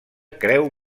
creu